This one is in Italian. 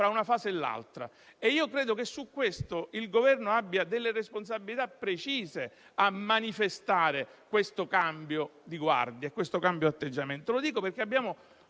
una fase e l'altra e credo che il Governo abbia delle responsabilità precise nel manifestare questo cambio di guardia, di atteggiamento. Lo dico perché abbiamo